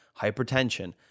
hypertension